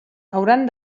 hauran